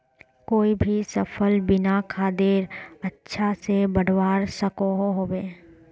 कोई भी सफल बिना खादेर अच्छा से बढ़वार सकोहो होबे?